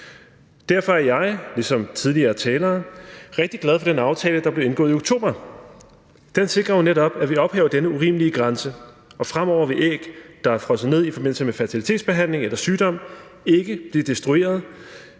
derfor er jeg ligesom tidligere talere rigtig glad for den aftale, der blev indgået i oktober. Den sikrer jo netop, at vi ophæver denne urimelige grænse, og fremover vil æg, der er frosset ned i forbindelse med fertilitetsbehandling eller sygdom, ikke blive destrueret